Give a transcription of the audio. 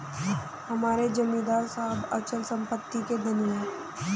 हमारे जमींदार साहब अचल संपत्ति के धनी हैं